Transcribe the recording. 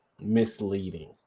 misleading